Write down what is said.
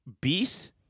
Beast